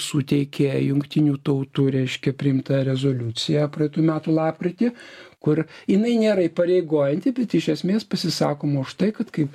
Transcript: suteikė jungtinių tautų reiškia priimta rezoliucija praeitų metų lapkritį kur jinai nėra įpareigojanti bet iš esmės pasisakoma už tai kad kai